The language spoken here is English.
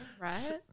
Right